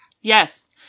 yes